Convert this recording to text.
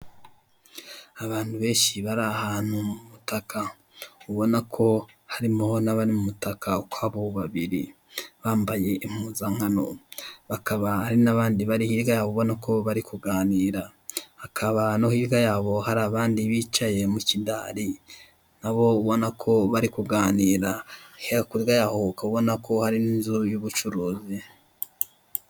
Abantu benshi bari ahantu mu mutaka ubona ko harimo nabari mu mutaka ukwabo babiri bambaye impuzankano, bakaba ari n'abandi bari hirya yabo ubona ko bari kuganira, akaba no hirya yabo hari abandi bicaye mu kidari, nabo ubona ko bari kuganira. Hakurya yaho ukaba ubona ko hari n'inzu y'ubucuruzi.